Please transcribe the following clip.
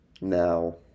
Now